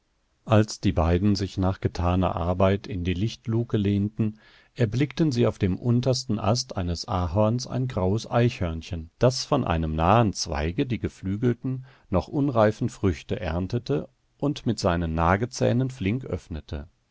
als die beiden sich nach getaner arbeit in die lichtluke lehnten erblickten sie auf dem untersten ast eines ahorns ein graues eichhörnchen das von einem nahen zweige die geflügelten noch unreifen früchte erntete und mit seinen nagezähnen flink öffnete